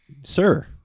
Sir